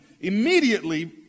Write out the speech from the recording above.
immediately